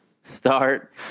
start